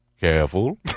careful